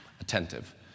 Attentive